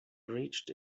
reached